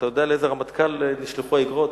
אתה יודע לאיזה רמטכ"ל נשלחו האיגרות?